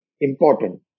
important